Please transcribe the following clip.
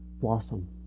blossom